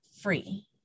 free